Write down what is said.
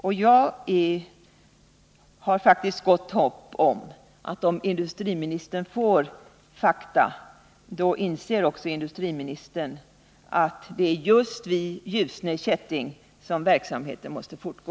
Om bara industriministern får ta del av dessa fakta hyser jag gott hopp om att också industriministern skall inse att det är just vid Ljusne Kätting som verksamheten måste få fortgå.